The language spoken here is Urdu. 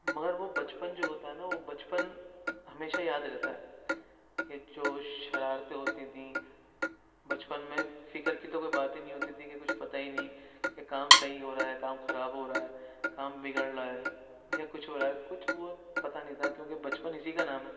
مگر وہ بچپن جو ہوتا ہے نہ وہ بچپن ہمیشہ یاد رہتا ہے کہ جو شراتیں ہوتی تھیں بچپن میں فکر کی تو کوئی بات ہی نہیں ہوتی تھی کہ کچھ پتہ ہی نہیں کی کام صحیح ہو رہا ہے کام خراب ہو رہا ہے کام بگڑ رہا ہے یا کچھ ہو رہا ہے کچھ وہ پتہ نہیں تھا کیونکہ بچپن اسی کا نام ہے